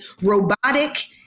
robotic